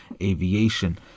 aviation